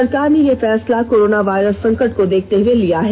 सरकार ने यह फैसला कोरोना वायरस संकट को देखते हुए लिया है